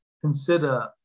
consider